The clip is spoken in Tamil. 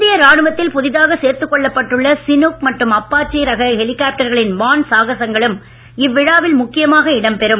இந்திய ராணுவத்தில் புதிதாக சேர்த்துக் கொள்ளப்பட்டுள்ள சினூக் மற்றும் அப்பாச்சி ரக ஹெலிகாப்டர்களின் வான் சாகசங்களும் இவ்விழாவில் முக்கியமாக இடம் பெறும்